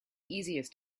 easiest